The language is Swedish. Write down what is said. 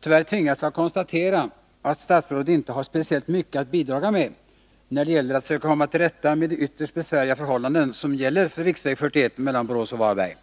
Tyvärr tvingas jag konstatera att statsrådet inte har speciellt mycket att bidra med när det gäller att söka komma till rätta med de ytterst besvärliga förhållanden som gäller för riksväg 41 mellan Borås och Varberg.